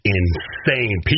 insane